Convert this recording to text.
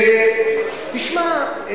ותשמע,